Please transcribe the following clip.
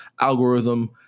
algorithm